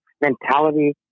mentality